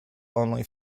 only